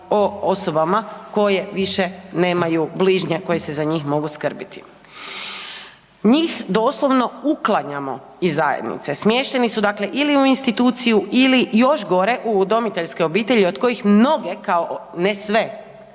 o osobama koje više nemaju bližnje koji se za njih mogu skrbiti. Njih doslovno uklanjamo iz zajednice, smješteni su, dakle ili u instituciju ili, još gore u udomiteljske obitelji od kojih mnoge, kao, ne sve,